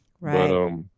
Right